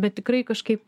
bet tikrai kažkaip